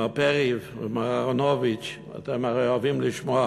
מר פרי ומר אהרונוביץ, אתם הרי אוהבים לשמוע